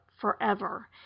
forever